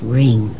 ring